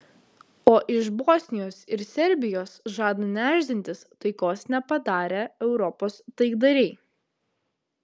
o iš bosnijos ir serbijos žada nešdintis taikos nepadarę europos taikdariai